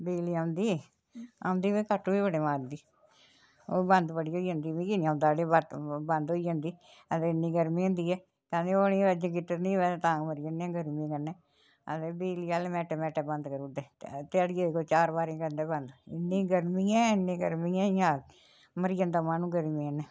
बिजली औंदी औंदी ते कट बी बड़े मारदी ओह् बंद बड़ी होई जन्दी मिगी नी औंदा आड़ेओ बरत बंद होई जंदी ते इन्नी गर्मी होंदी ऐ कदें ओह् नेईं होऐ निजगेटेर नि होऐ तां मरी जन्ने गर्मी कन्नै हां ते बिजली आह्ले मेंटे मेंट बंद करू उड़दे ध्या ध्याड़ियै दी कोई चार बारी करदे बंद इन्नी गर्मी ऐ इन्नी गर्मी ऐ इयां मरी जंदा माह्नू गर्मी कन्नै